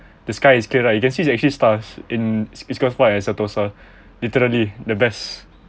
the sky is clear right you can see there's actually stars in east coast park and sentosa literally the best